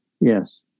Yes